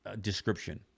description